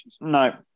No